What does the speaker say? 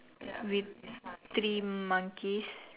with three monkeys